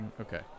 Okay